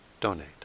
donate